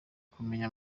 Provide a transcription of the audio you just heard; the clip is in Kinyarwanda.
kumenya